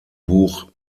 buch